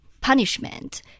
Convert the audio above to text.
punishment